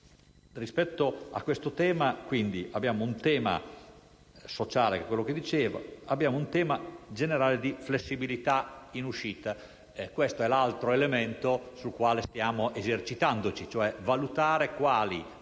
riferimento. Quindi abbiamo un tema sociale, quello che dicevo, ed abbiamo un tema generale di flessibilità in uscita. Questo è l'altro elemento sul quale ci stiamo esercitando, cioè valutare quali